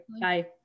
bye